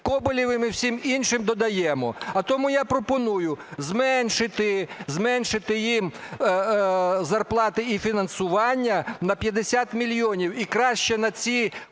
Коболєвим і всім іншим, додаємо. А тому я пропоную зменшити їм зарплати і фінансування на 50 мільйонів. І краще на ці